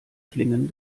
klingen